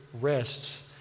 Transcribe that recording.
rests